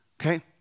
okay